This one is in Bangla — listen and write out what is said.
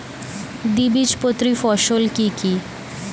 দ্বিবীজপত্রী ফসল কি কি?